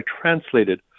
translated